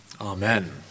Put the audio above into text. Amen